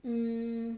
mm